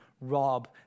rob